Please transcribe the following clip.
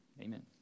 Amen